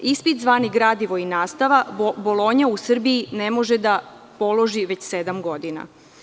Ispit zvani gradivo i nastava Bolonja u Srbiji ne može da položi već sedam godina.